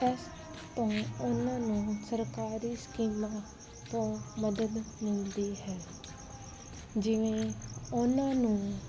ਇਸ ਤੋਂ ਉਹਨਾਂ ਨੂੰ ਸਰਕਾਰੀ ਸਕੀਮਾਂ ਤੋਂ ਮਦਦ ਮਿਲਦੀ ਹੈ ਜਿਵੇਂ ਉਹਨਾਂ ਨੂੰ